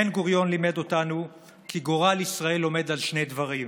בן-גוריון לימד אותנו כי גורל ישראל עומד על שני דברים: